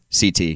CT